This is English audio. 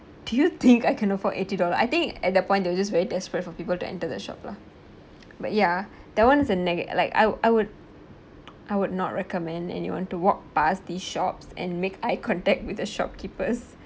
do you think I can afford eighty dollar I think at that point they're just very desperate for people to enter the shop lah but yeah that one's a nega~ like I wou~ I would I would not recommend anyone to walk past the shops and make eye contact with the shopkeepers